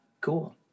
Cool